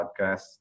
podcast